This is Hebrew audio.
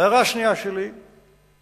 ההערה השנייה שלי היא